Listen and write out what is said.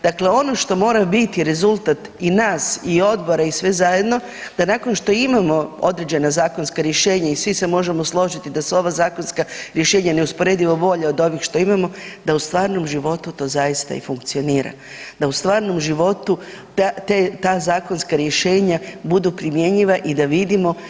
Dakle, ono što mora biti rezultat i nas i odbora i svih zajedno, da nakon što imamo određena zakonska rješenja i svi se možemo složiti da su ova zakonska rješenja neusporedivo bolja od onih što imamo, da u stvarnom životu to zaista i funkcionira, da u stvarnom životu ta zakonska rješenja budu primjenjiva i da vidimo